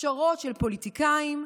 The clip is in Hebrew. פשרות של פוליטיקאים,